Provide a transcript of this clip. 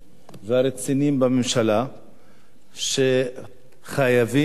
שחייבים לתת את הדעת